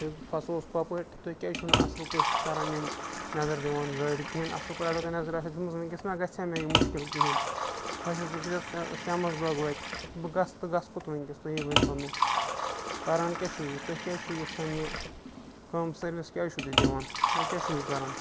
تہٕ پھسووَس کوٚپٲٹھۍ تُہۍ کیٛازِ چھُو نہٕ اَصٕل پٲٹھۍ کَران یِم نظر دِوان گاڑِ کِہیٖنۍ اَصٕل پٲٹھۍ اگر تُہۍ نظر آسہِ ہا دِژمٕژ وٕنۍکٮ۪س ما گژھِ ہا مےٚ یہِ مُشکل کِہیٖنۍ پھَسیووُس وٕنۍکٮ۪نَس سٮ۪مَنٛزباگ وۄتہِ بہٕ گژھٕ تہٕ گژھٕ کوٚت وٕنۍکٮ۪س تُہی ؤنۍتو مےٚ کَران کیٛاہ چھُو یہِ تُہۍ کیٛازِ چھُ یِتھ کٕنۍ یہِ کَم سٔروِس کیٛازِ چھو تُہۍ دِوان تُہۍ کیٛاہ چھُو کَران